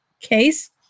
Case